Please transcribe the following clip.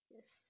yes